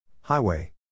Highway